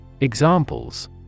Examples